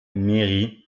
méry